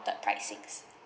pricings